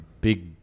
big